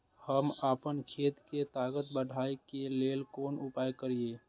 हम आपन खेत के ताकत बढ़ाय के लेल कोन उपाय करिए?